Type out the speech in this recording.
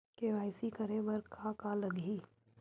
KYC करे बर का का लगही?